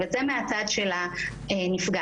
זה מהצד של הנפגעת.